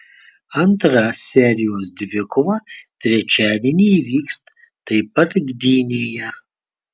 antra serijos dvikova trečiadienį įvyks taip pat gdynėje